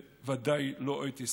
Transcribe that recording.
ובוודאי לא את יסודותיה.